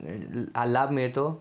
लाभ मिळतो